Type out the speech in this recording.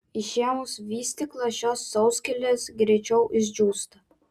išėmus vystyklą šios sauskelnės greičiau išdžiūsta